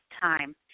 time